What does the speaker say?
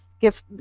Give